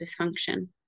dysfunction